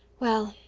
well,